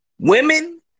Women